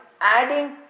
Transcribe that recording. adding